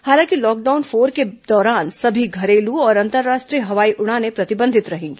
हालांकि lockdown four के दौरान सभी घरेलू और अंतर्राष्ट्रीय हवाई उड़ानें प्रतिबंधित रहेगी